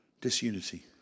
disunity